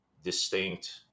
Distinct